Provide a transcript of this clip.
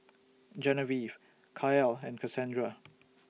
Genevieve Kael and Kasandra